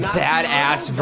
badass